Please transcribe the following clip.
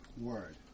word